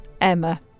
Emma